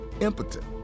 impotent